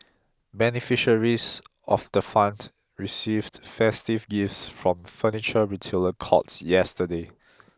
beneficiaries of the fund received festive gifts from furniture retailer courts yesterday